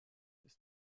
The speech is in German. ist